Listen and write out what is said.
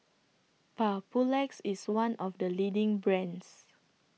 Papulex IS one of The leading brands